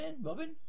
Robin